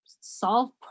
solve